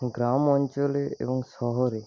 গ্রাম অঞ্চলে এবং শহরে